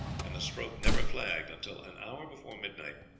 and the stroke never flagged until, an hour before midnight,